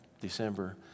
December